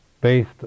based